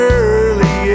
early